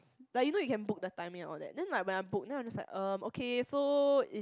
like you know you can book the timing and all that then like when I book then I was just like um okay so is